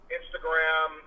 Instagram